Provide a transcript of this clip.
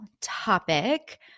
topic